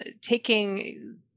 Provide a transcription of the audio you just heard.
taking